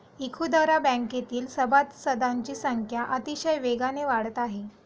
इखुदरा बँकेतील सभासदांची संख्या अतिशय वेगाने वाढत आहे